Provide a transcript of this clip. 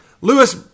Lewis